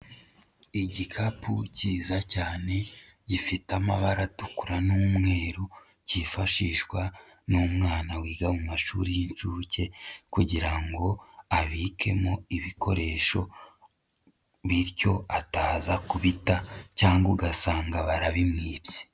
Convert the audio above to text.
Igikapu cyiza cyane gifite amabara atukura n'umweru cyifashishwa n'umwana wiga mu mashuri y'inshuke kugirango abikemo ibikoresho bityo ataza kubita cyangwa ugasanga barabimwibye.